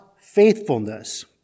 faithfulness